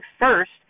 first